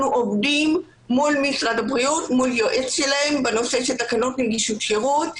עובדים מול יועץ של משרד הבריאות בנושא של תקנות נגישות שירות.